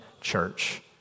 church